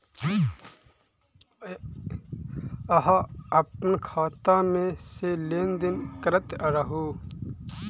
अहाँ अप्पन खाता मे सँ लेन देन करैत रहू?